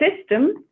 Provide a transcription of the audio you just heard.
system